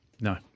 No